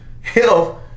health